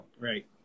Right